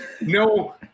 No